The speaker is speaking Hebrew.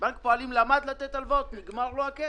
לתת הלוואות.